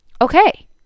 Okay